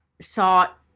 sought